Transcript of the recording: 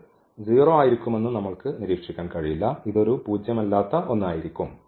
ഇത് 0 ആയിരിക്കുമെന്ന് നമ്മൾക്ക് നിരീക്ഷിക്കാൻ കഴിയില്ല ഇത് ഒരു പൂജ്യമല്ലാത്ത ഒന്നായിരിക്കും